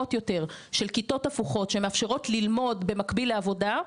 מתוחכמות יותר של כיתות הפוכות שמאפשרות ללמוד במקביל לעבודה,